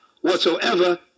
whatsoever